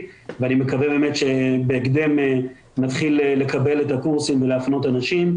ואני מקווה שבהקדם נתחיל לקבל את הקורסים ולהפנות אנשים.